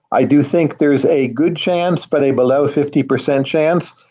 i do think there is a good chance, but a below fifty percent chance,